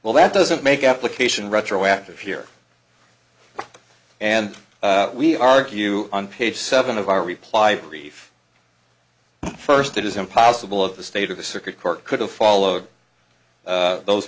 well that doesn't make application retroactive here and we argue on page seven of our reply brief first it is impossible of the state of the circuit court could have followed those